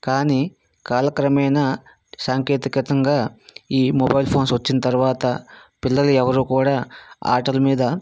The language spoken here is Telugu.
కానీ కాలక్రమేణా సాంకేతికంగా ఈ మొబైల్ ఫోన్స్ వచ్చిన తర్వాత పిల్లలు ఎవరు కూడా ఆటల మీద